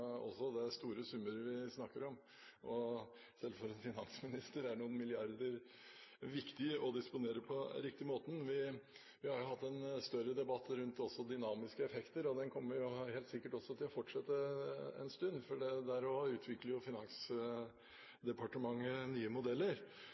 det er store summer vi snakker om, og selv for en finansminister er noen milliarder kroner viktig å disponere på den riktige måten! Vi har hatt en større debatt også rundt dynamiske effekter, og den kommer helt sikkert til å fortsette en stund, for